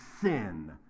Sin